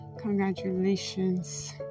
congratulations